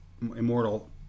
immortal